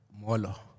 Molo